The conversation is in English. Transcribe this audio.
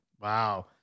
Wow